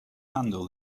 handle